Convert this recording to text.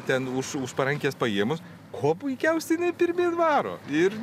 ten už už parankės paėmus kuo puikiausiai jinai pirmyn varo ir